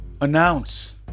Announce